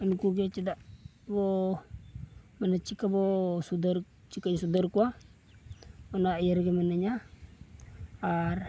ᱩᱱᱠᱩ ᱜᱮ ᱪᱮᱫᱟᱜ ᱵᱚ ᱢᱟᱱᱮ ᱪᱤᱠᱟᱹ ᱵᱚ ᱥᱩᱫᱟᱹᱨ ᱪᱤᱠᱟᱹᱧ ᱥᱩᱫᱷᱟᱹᱨ ᱠᱚᱣᱟ ᱚᱱᱟ ᱤᱭᱟᱹ ᱨᱮᱜᱮ ᱢᱤᱱᱟᱹᱧᱟ ᱟᱨ